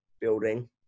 building